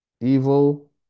evil